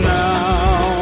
now